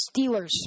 Steelers